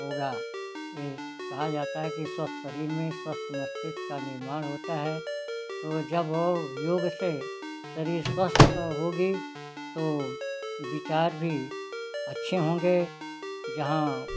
होगा इन कहा जाता है कि स्वस्थ शरीर में स्वस्थ मस्तिष्क का निर्माण होता है तो विचार भी अच्छे होंगे जहाँ